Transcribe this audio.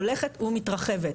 הולכת ומתרחבת.